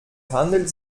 handelt